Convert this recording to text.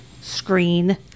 screen